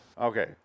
Okay